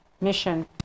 mission